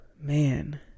man